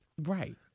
Right